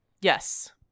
Yes